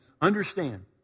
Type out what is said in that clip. Understand